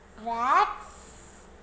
Rats